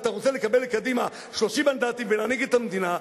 ואתה רוצה לקבל לקדימה 30 מנדטים ולהנהיג את המדינה,